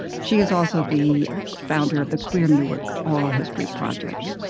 she is also the founder of the queer newark oral history project.